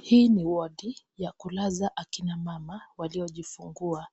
Hii ni wodi ya kulaza akina mama waliojifungua.